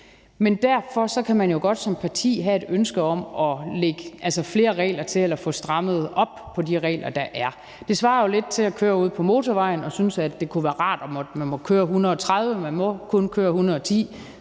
Derfor kan man jo godt som parti have et ønske om at lægge flere regler til eller få strammet op på de regler, der er. Det svarer jo lidt til at køre ude på motorvejen og synes, at det kunne være rart at måtte køre 130 km/t., men må man kun køre 110